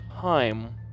time